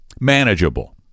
manageable